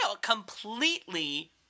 completely